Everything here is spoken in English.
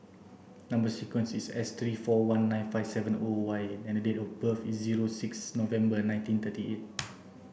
number sequence is S three four one nine five seven O Y and date of birth is zero six November nineteen thirty eight